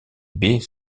baies